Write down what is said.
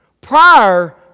prior